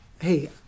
hey